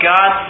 God